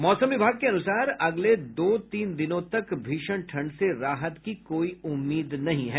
मौसम विभाग के अनुसार अगले दो तीन दिनों तक भीषण ठंडे से राहत की कोई उम्मीद नहीं है